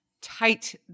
tight